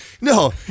No